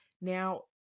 Now